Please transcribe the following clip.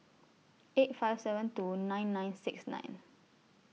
eight five seven two nine nine six nine